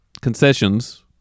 concessions